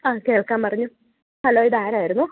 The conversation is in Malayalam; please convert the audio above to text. അ കേൾക്കാം പറഞ്ഞോ ഹലോ ഇതാരായിരുന്നു